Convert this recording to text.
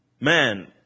man